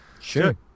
Sure